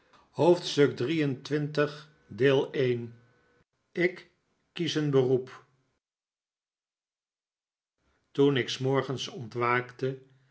ik kies een beroep toen ik s morgens ontwaakte